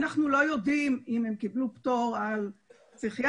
אנחנו לא יודעים אם הם קיבלו פטור על פסיכיאטרי,